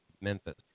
Memphis